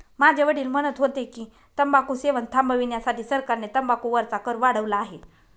माझे वडील म्हणत होते की, तंबाखू सेवन थांबविण्यासाठी सरकारने तंबाखू वरचा कर वाढवला आहे